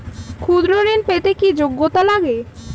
ক্ষুদ্র ঋণ পেতে কি যোগ্যতা লাগে?